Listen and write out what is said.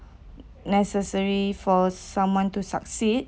necessary for someone to succeed